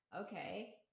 Okay